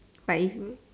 but it's